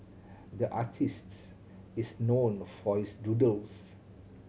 the artist is known for his doodles